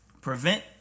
prevent